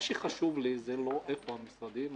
מה שחשוב לי הוא לא איפה המשרדים אלא